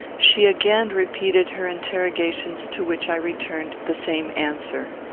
she again repeated her interrogations, to which i returned the same answer.